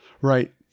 Right